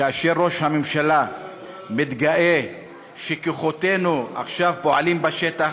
כאשר ראש הממשלה מתגאה שכוחותינו עכשיו פועלים בשטח,